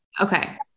Okay